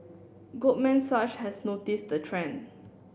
Goldman Sachs has noticed the trend